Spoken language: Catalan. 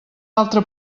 altre